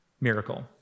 miracle